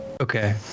Okay